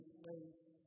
place